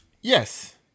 yes